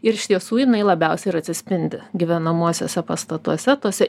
ir iš tiesų jinai labiausiai ir atsispindi gyvenamuosiuose pastatuose tuose